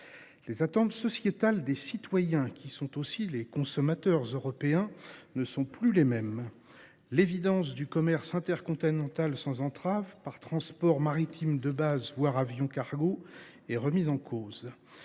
Les attentes sociétales des citoyens, qui sont aussi les consommateurs européens, ne sont plus les mêmes. L’évidence du commerce intercontinental sans entrave par transport maritime de base, voire par avion cargo est remise en